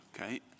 Okay